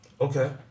Okay